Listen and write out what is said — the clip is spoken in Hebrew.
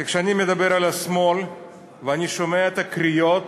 כי כשאני מדבר על השמאל ואני שומע את הקריאות